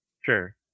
Sure